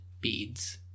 beads